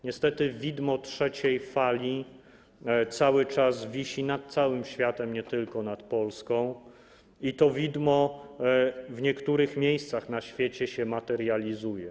Niestety widmo trzeciej fali cały czas wisi nad całym światem, nie tylko nad Polską, i to widmo w niektórych miejscach na świecie się materializuje.